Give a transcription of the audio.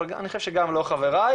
אני חושב שגם לא חבריי,